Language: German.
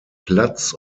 platz